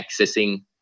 accessing